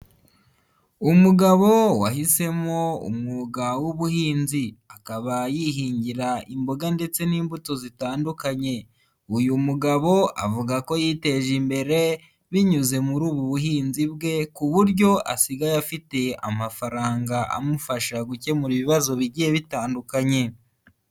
Umugabo wahisemo umwuga w'ubuhinzi, akaba yihingira imboga ndetse n'imbuto zitandukanye, uyu mugabo avuga ko yiteje imbere, binyuze muri ubu buhinzi bwe, ku buryo asigaye afite amafaranga, amufasha gukemura ibibazo bigiye bitandukanye.